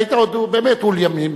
כשהיית עוד, באמת, עול ימים,